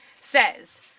says